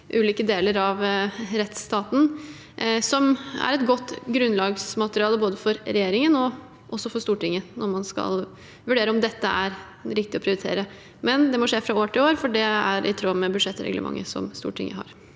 ulike deler av rettsstaten, som er et godt grunnlagsmateriale både for regjeringen og også for Stortinget når man skal vurdere om dette er riktig å prioritere. Men det må skje fra år til år, for det er i tråd med budsjettreglementet som Stortinget har.